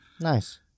Nice